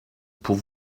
pour